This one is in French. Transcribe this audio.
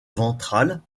ventrale